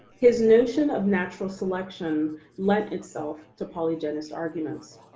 his notion of natural selection lent itself to polygenist arguments.